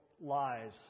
lies